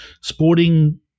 sporting